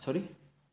sorry